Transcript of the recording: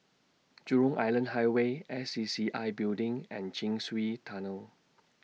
Jurong Island Highway S C C I Building and Chin Swee Tunnel